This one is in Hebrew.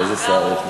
אין מאגר עובדים?